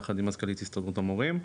יחד עם מזכ"לית הסתדרות המורים.